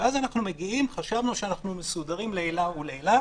ואז חשבנו שאנחנו מסודרים לעילא ולעילא